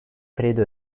kredi